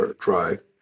drive